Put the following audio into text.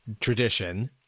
tradition